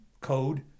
code